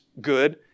good